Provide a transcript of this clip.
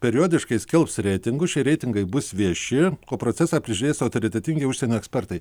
periodiškai skelbs reitingus šie reitingai bus vieši o procesą prižiūrės autoritetingi užsienio ekspertai